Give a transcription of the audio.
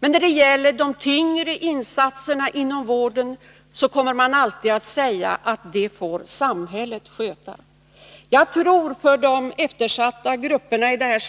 Men när det gäller de tyngre insatserna inom vården kommer man alltid att hänvisa till att det får samhället sköta. Jag tror att för de svaga och eftersatta grupperna i